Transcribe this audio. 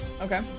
okay